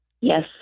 Yes